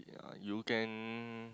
ya you can